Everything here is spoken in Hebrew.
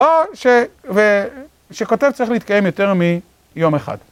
או שכותב צריך להתקיים יותר מיום אחד.